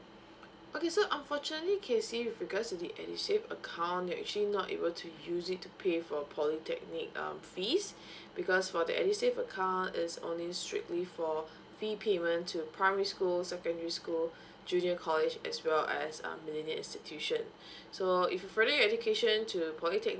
okay so unfortunately kesy with regards to the edusave account you are actually not able to use it to pay for polytechnic um fees because for the edusave account it's only strictly for fee payment to primary school secondary school junior college as well as um millenia institution so if it really education to the polytec~